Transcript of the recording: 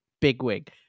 Bigwig